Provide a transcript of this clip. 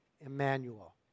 Emmanuel